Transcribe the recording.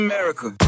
America